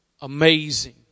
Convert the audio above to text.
amazing